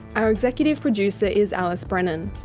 our executive producer is alice brennan.